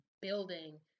building